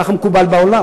כך מקובל בעולם.